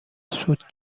سود